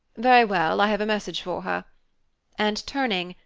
very well, i have a message for her and, turning,